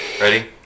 Ready